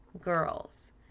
girls